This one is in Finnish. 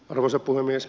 arvoisa puhemies